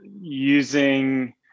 using